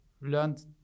learned